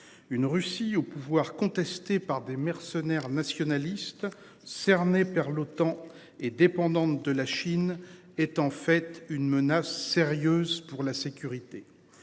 Une Russie au pouvoir contesté par des mercenaires nationaliste cerné par l'OTAN est dépendante de la Chine est en fait une menace sérieuse pour la sécurité.